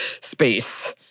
space